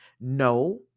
no